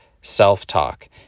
self-talk